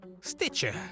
Stitcher